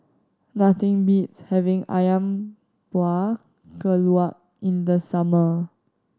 nothing beats having Ayam Buah Keluak in the summer